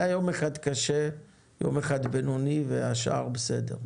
היה יום אחד קשה, יום אחד בינוני והשאר בסדר.